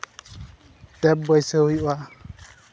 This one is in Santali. ᱴᱮᱵᱽ ᱵᱟᱹᱭᱥᱟᱣ ᱦᱩᱭᱩᱜᱼᱟ